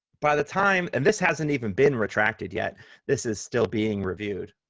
by the time, and this hasn't even been retracted yet this is still being reviewed,